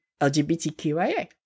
LGBTQIA